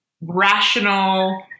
rational